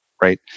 right